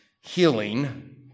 healing